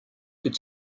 could